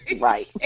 right